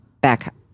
back